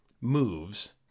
moves